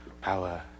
power